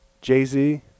Jay-Z